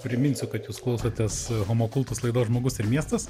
priminsiu kad jūs klausotės homo kultus laidos žmogus ir miestas